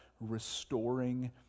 restoring